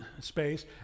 space